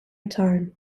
time